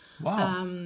Wow